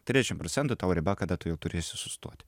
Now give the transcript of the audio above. trisdešim procentų tavo riba kada tu jau turi su sustoti